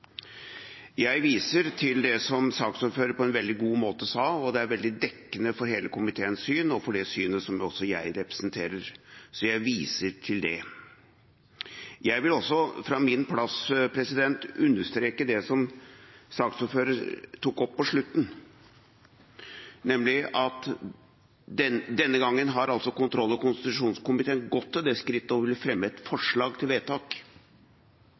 Jeg viser til det som saksordføreren på en veldig god måte sa, og det er veldig dekkende for hele komiteens syn og for det syn som også jeg representerer. Så jeg viser til det. Jeg vil også fra min plass understreke det som saksordføreren tok opp på slutten, nemlig at denne gangen har kontroll- og konstitusjonskomiteen gått til det skritt å ville fremme et forslag til vedtak.